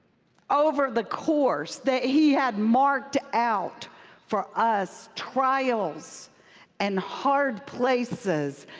over the course that he had marked out for us trials and hard places,